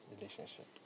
relationship